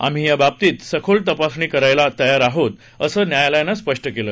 आम्ही या बाबतीत सखोल तपासणी करायला तयार आहोत असं न्यायालयानं स्पष्ट केलं